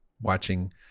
watching